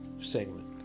segment